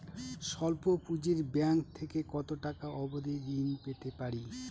স্বল্প পুঁজির ব্যাংক থেকে কত টাকা অবধি ঋণ পেতে পারি?